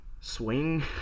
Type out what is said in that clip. swing